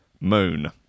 moon